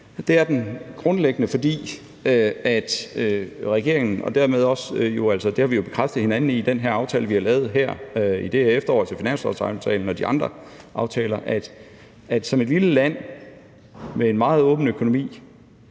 Det er den grundlæggende – og det har vi jo bekræftet hinanden i i den aftale, vi har lavet her i det her efterår, altså finanslovsaftalen, og de andre aftaler – fordi vi som et lille land med en meget åben økonomi